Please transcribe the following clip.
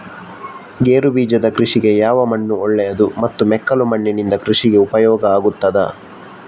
ಗೇರುಬೀಜದ ಕೃಷಿಗೆ ಯಾವ ಮಣ್ಣು ಒಳ್ಳೆಯದು ಮತ್ತು ಮೆಕ್ಕಲು ಮಣ್ಣಿನಿಂದ ಕೃಷಿಗೆ ಉಪಯೋಗ ಆಗುತ್ತದಾ?